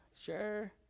sure